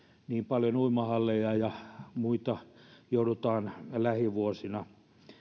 niin paljon uimahalleja ja muita joudutaan lähivuosina